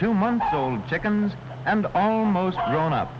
two months old chickens and almost grown up